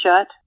shut